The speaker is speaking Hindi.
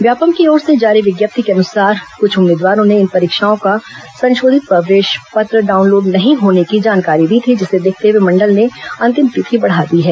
व्यापमं की ओर से जारी विज्ञप्ति के अनुसार कुछ उम्मीदवारों ने इन परीक्षाओं का संशोधित प्रवेश पत्र डाउनलोड नहीं होने की जानकारी दी थी जिसे देखते हए मंडल ने अंतिम तिथि बढ़ा दी है